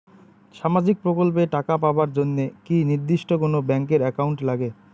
সামাজিক প্রকল্পের টাকা পাবার জন্যে কি নির্দিষ্ট কোনো ব্যাংক এর একাউন্ট লাগে?